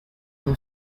now